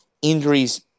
Injuries